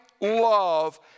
love